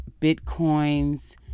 bitcoins